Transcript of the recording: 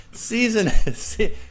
season